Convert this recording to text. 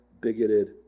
bigoted